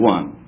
One